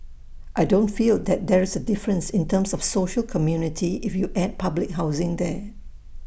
I don't feel that there's A difference in terms of social community if you add public housing there